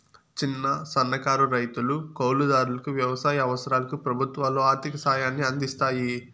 చిన్న, సన్నకారు రైతులు, కౌలు దారులకు వ్యవసాయ అవసరాలకు ప్రభుత్వాలు ఆర్ధిక సాయాన్ని అందిస్తాయి